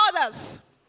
others